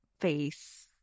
face